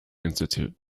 institute